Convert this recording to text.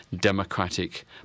democratic